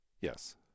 Yes